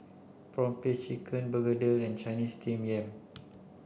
prawn paste chicken Begedil and Chinese steamed yam